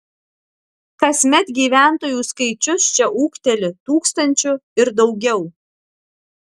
kasmet gyventojų skaičius čia ūgteli tūkstančiu ir daugiau